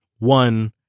one